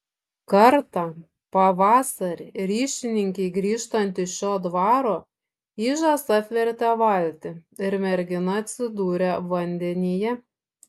kartą pavasarį ryšininkei grįžtant iš šio dvaro ižas apvertė valtį ir mergina atsidūrė vandenyje